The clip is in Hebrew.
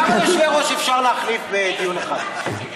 כמה יושבי-ראש אפשר להחליף בדיון אחד?